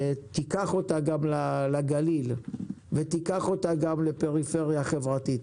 ותיקח אותה גם לגליל וגם לפריפריה חברתית.